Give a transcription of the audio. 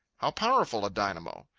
how powerful a dynamo?